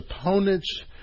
opponents